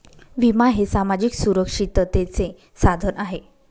विमा हे सामाजिक सुरक्षिततेचे साधन आहे